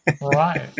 right